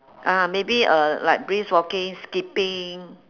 ah maybe uh like brisk walking skipping